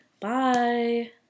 Bye